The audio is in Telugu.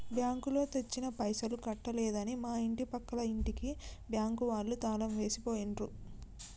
బ్యాంకులో తెచ్చిన పైసలు కట్టలేదని మా ఇంటి పక్కల ఇంటికి బ్యాంకు వాళ్ళు తాళం వేసి పోయిండ్రు